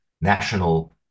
national